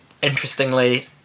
Interestingly